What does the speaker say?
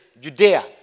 Judea